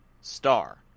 star